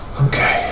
Okay